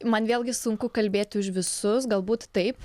man vėlgi sunku kalbėti už visus galbūt taip